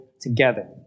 together